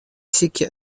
sykje